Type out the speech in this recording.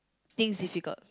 things difficult